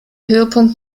höhepunkt